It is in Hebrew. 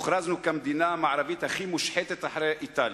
הוכרזנו כמדינה המערבית הכי מושחתת אחרי איטליה.